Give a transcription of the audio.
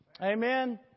Amen